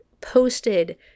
posted